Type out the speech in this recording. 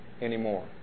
anymore